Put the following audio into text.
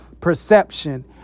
perception